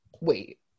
Wait